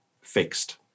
Fixed